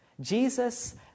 jesus